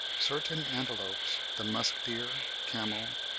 certain antelopes, the musk-deer, camel,